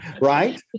right